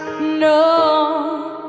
No